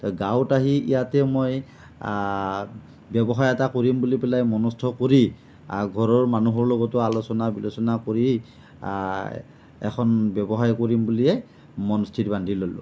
গাঁৱত আহি ইয়াতে মই ব্যৱসায় এটা কৰিম বুলি পেলাই মনস্থ কৰি ঘৰৰ মানুহৰ লগতো আলোচনা বিলোচনা কৰি এখন ব্যৱসায় কৰিম বুলিয়েই মন স্থিৰ বান্ধি ললোঁ